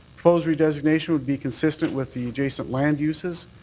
proposed redesignation would be consistent with the adjacent land uses.